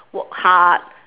work hard